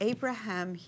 Abraham